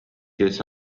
kes